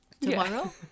Tomorrow